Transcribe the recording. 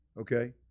Okay